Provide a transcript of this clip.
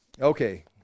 Okay